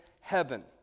heaven